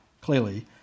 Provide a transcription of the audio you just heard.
clearly